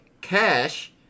Cash